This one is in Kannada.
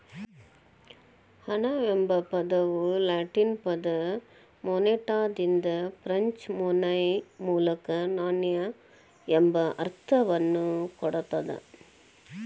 ಹಣ ಎಂಬ ಪದವು ಲ್ಯಾಟಿನ್ ಪದ ಮೊನೆಟಾದಿಂದ ಫ್ರೆಂಚ್ ಮೊನೈ ಮೂಲಕ ನಾಣ್ಯ ಎಂಬ ಅರ್ಥವನ್ನ ಕೊಡ್ತದ